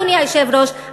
אדוני היושב-ראש,